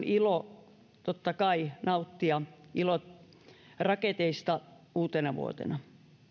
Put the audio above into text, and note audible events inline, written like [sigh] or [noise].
[unintelligible] ilo totta kai nauttia raketeista uutenavuotena